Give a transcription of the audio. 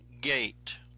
gate